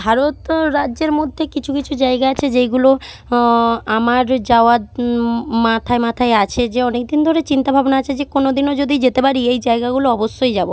ভারত রাজ্যের মধ্যে কিছু কিছু জায়গা আছে যেইগুলো আমার যাওয়ার মাথায় মাথায় আছে যে অনেক দিন ধরে চিন্তা ভাবনা আছে যে কোনো দিনও যদি যেতে পারি এই জায়গাগুলো অবশ্যই যাবো